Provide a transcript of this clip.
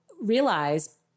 realize